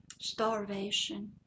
starvation